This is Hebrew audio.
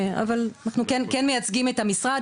אבל אנחנו כן מייצגים את המשרד,